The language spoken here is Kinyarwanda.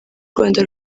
rwanda